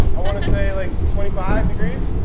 i want to say, like, twenty five degrees.